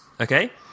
okay